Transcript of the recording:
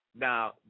Now